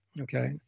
okay